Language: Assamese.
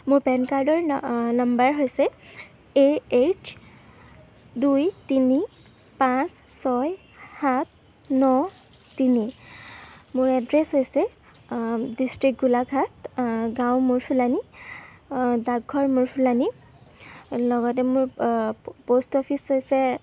মোৰ পেন কাৰ্ডৰ নাম্বাৰ হৈছে এ এইচ দুই তিনি পাঁচ ছয় সাত ন তিনি মোৰ এড্ৰেছ হৈছে ডিষ্ট্ৰিক্ট গোলাঘাট গাওঁ মূৰ্চোলানি ডাকঘৰ মূৰ্চোলানি লগতে মোৰ পষ্ট অফিচ হৈছে